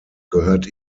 gehört